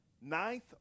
ninth